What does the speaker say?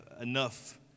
enough